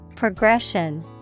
Progression